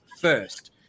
first